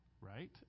right